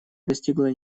достигла